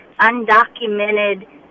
undocumented